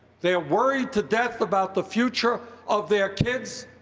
they are worried to death about the future of their kids.